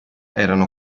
erano